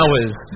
hours